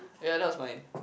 ya that was mine